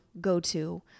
go-to